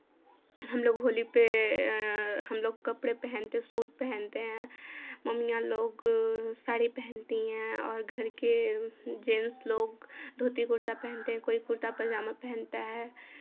हम लोग होली पे हम लोग कपड़े पहनते सूट पहनते हैं मम्मियाँ लोग साड़ी पहनती हैं और घर के जेन्स लोग धोती कुर्ता पहनते हैं कोई कुर्ता पायजामा पहनता है